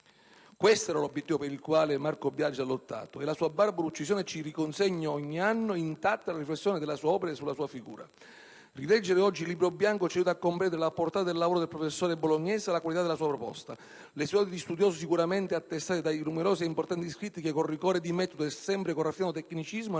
Questo era l'obiettivo per il quale Marco Biagi ha lottato. E la sua barbara uccisione ci riconsegna ogni anno, intatta, la riflessione sulla sua opera e sulla sua figura. Rileggere oggi il Libro bianco ci aiuta a comprendere la portata del lavoro del professore bolognese e la qualità della sua proposta. Le sue doti di studioso sicuramente attestate dai numerosi e importanti scritti che, con rigore di metodo e sempre con raffinato tecnicismo, hanno